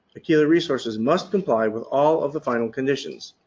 aquila resources must comply with all of the final conditions.